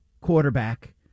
quarterback